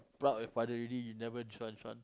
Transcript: proud your father already you never this one this one